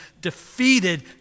defeated